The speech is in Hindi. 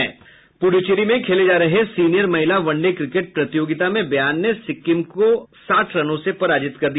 पुड़चेरी में खेले जा रहे सीनियर महिला वन डे क्रिकेट प्रतियोगिता में बिहार ने सिक्कीम का साठ रनों से पराजित कर दिया